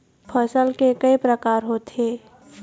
फसल के कय प्रकार होथे?